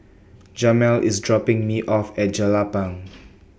Jamel IS dropping Me off At Jelapang